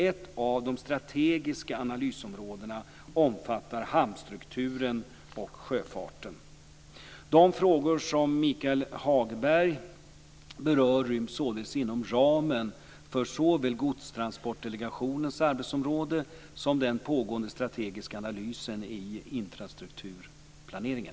Ett av de strategiska analysområdena omfattar hamnstrukturen och sjöfarten. De frågor som Michael Hagberg berör ryms således inom ramen för såväl Godstransportdelegationens arbetsområde som den pågående strategiska analysen i infrastrukturplaneringen.